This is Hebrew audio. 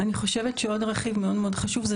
אני חושבת שעוד רכיב מאוד-מאוד חשוב זה